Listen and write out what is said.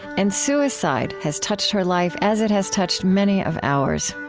and suicide has touched her life as it has touched many of ours.